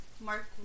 Mark